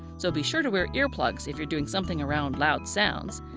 so be sure to wear ear plug ifs you're doing something around loud sounds.